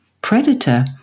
predator